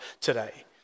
today